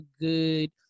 good